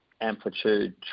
amplitude